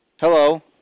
Hello